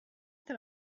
that